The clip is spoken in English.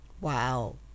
Wow